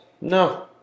No